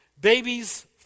Babies